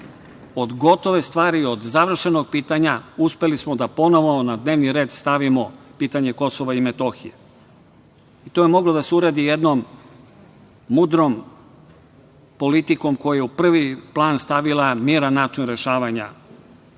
od gotove stvari, od završenog pitanja, uspeli smo da ponovo na dnevni red stavimo pitanje Kosova i Metohije. To je moglo da se uradi jednom mudrom politikom koja je u prvi plan stavila miran način rešavanja